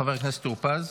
חבר הכנסת טור פז.